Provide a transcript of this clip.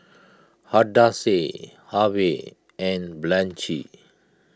Hadassah Harvey and Blanchie